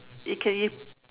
it can if